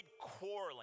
quarreling